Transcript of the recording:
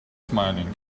smiling